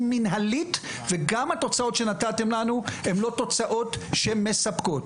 וגם התוצאות שנתתם לנו הן לא תוצאות מספקות.